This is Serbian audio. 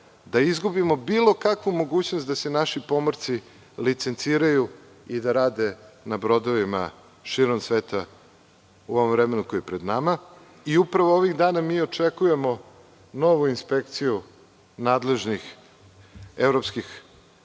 da izgubimo bilo kakvu mogućnost da se naši pomorci licenciraju i da rade na brodovima širom sveta u ovom vremenu koje je pred nama. Upravo ovih dana mi očekujemo novu inspekciju nadležnih evropskih